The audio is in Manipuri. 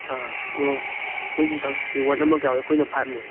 ꯑꯥ ꯑꯗꯣ ꯑꯩꯈꯣꯏꯁꯨ ꯀꯥꯡꯄꯣꯛꯄꯤ ꯋꯥꯠ ꯅꯝꯕꯔ ꯀꯌꯥ ꯑꯣꯏꯅꯣ ꯑꯩꯈꯣꯏꯅ ꯐꯥꯏꯚꯅꯤ